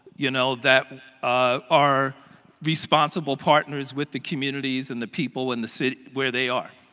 you know, that ah are responsible partners with the communities and the people, in the city, where they are.